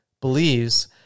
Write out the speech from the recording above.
believes